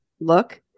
look